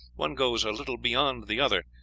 one goes a little beyond the other,